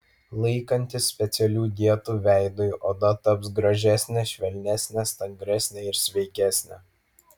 laikantis specialių dietų veidui oda taps gražesnė švelnesnė stangresnė ir sveikesnė